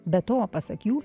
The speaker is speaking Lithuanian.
be to pasak jų